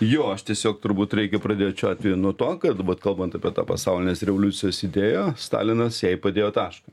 jo aš tiesiog turbūt reikia pradėti šiuo atveju nuo to kad bet kalbant apie tą pasaulinės revoliucijos idėją stalinas jai padėjo tašką